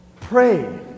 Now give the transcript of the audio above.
pray